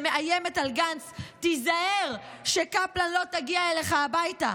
שמאיימת על גנץ: תיזהר שקפלן לא תגיע אליך הביתה,